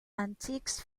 antiques